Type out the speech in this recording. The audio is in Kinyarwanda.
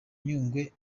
nyungwe